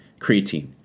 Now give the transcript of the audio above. creatine